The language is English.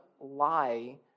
lie